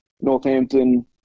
northampton